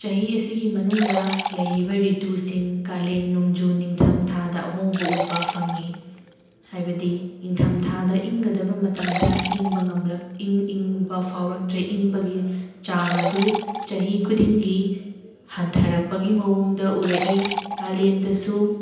ꯆꯍꯤ ꯑꯁꯤꯒꯤ ꯃꯅꯨꯡꯗ ꯂꯩꯔꯤꯕ ꯔꯤꯇꯨꯁꯤꯡ ꯀꯥꯂꯦꯟ ꯅꯣꯡꯖꯨ ꯅꯤꯡꯊꯝꯊꯥꯗ ꯑꯍꯣꯡꯕ ꯎꯕ ꯐꯪꯉꯤ ꯍꯥꯏꯕꯗꯤ ꯏꯪꯊꯝꯊꯥꯗ ꯏꯪꯒꯗꯕ ꯃꯇꯝꯗ ꯏꯪꯕ ꯉꯝꯂꯛ ꯏꯪ ꯏꯪꯕ ꯐꯥꯎꯔꯛꯇ꯭ꯔꯦ ꯏꯪꯕꯒꯤ ꯆꯥꯡ ꯑꯗꯨ ꯆꯍꯤ ꯈꯨꯗꯤꯡꯒꯤ ꯍꯟꯊꯔꯛꯄꯒꯤ ꯃꯑꯣꯡꯗ ꯎꯔꯛꯏ ꯀꯥꯂꯦꯟꯗꯁꯨ